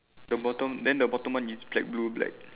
the bottom then the bottom one is black blue black